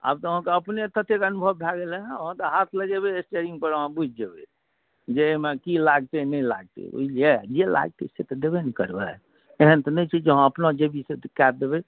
आब तऽ अहाँकेँ अपने ततेक अनुभव भए गेलए अहाँ तऽ हाथ लगेबै स्टेयरिंगपर अहाँ बुझि जेबै जे एहिमे की लगतै नहि लगतै बुझलियै जे लगतै से तऽ देबे ने करबै एहन तऽ नहि छै जे अहाँ अपना जेबीसँ कए देबै